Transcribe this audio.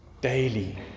daily